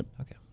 Okay